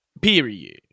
Period